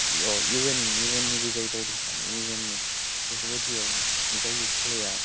अ इउ एन निबो जायो बावदों इउ एननि बेफोरबायदियाव जायो खेलाया